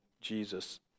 Jesus